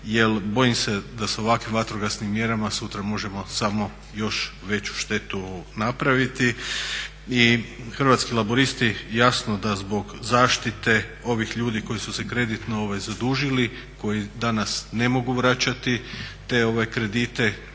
bojim se da sa ovakvim vatrogasnim mjerama sutra možemo samo još veću štetu napraviti. I Hrvatski laburisti jasno da zbog zaštite ovih ljudi koji su se kreditno zadužili, koji danas ne mogu vraćati te kredite,